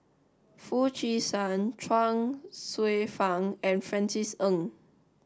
Foo Chee San Chuang Hsueh Fang and Francis Ng